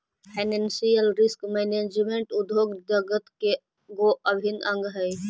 financial risk management उद्योग जगत के गो अभिन्न अंग हई